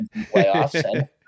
playoffs